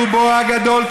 ברובו הגדול,